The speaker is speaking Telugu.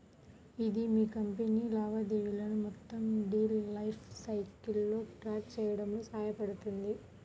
ఇది మీ కంపెనీ లావాదేవీలను మొత్తం డీల్ లైఫ్ సైకిల్లో ట్రాక్ చేయడంలో సహాయపడుతుంది